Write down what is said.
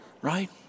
right